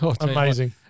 Amazing